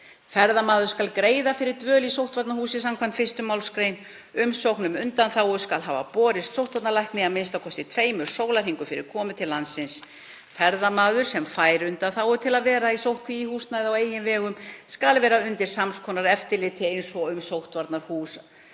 Ferðamaður skal greiða fyrir dvöl í sóttvarnahúsi skv. 1. mgr. Umsókn um undanþágu skal hafa borist sóttvarnalækni a.m.k. tveimur sólarhringum fyrir komu til landsins. Ferðamaður sem fær undanþágu til að vera í sóttkví í húsnæði á eigin vegum skal vera undir sams konar eftirliti eins og um sóttvarnahús